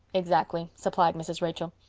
exactly, supplied mrs. rachel.